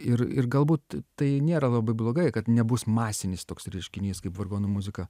ir ir galbūt tai nėra labai blogai kad nebus masinis toks reiškinys kaip vargonų muzika